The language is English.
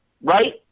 right